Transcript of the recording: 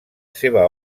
seva